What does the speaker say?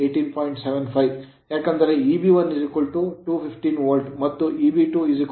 75 ಏಕೆಂದರೆ Eb1 215 volt ಮತ್ತು Eb2 V 18